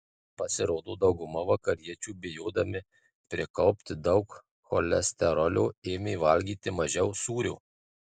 pasirodo dauguma vakariečių bijodami prikaupti daug cholesterolio ėmė valgyti mažiau sūrio